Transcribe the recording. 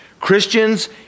Christians